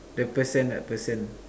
the person the person